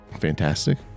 Fantastic